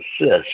assist